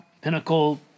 Pinnacle